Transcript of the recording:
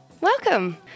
Welcome